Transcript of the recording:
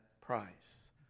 price